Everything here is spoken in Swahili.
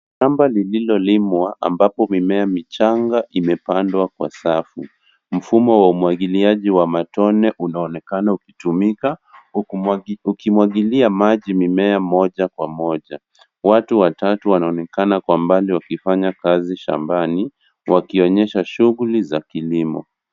Shamba lililolimwa ambapo mimea michanga imepandwa kwa safu. Mfumo wa umwagiliaji wa matone unaonekana ukitumika ukimwagilia maji mimea moja kwa moja. Watu watatu wanaonekana kwa mbali wakifanya kazi shambani wakionyesha shughuli za kilimo.